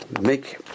Make